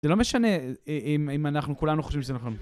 זה לא משנה אם אנחנו כולנו חושבים שזה נכון.